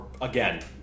Again